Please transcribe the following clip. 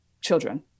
children